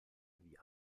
wie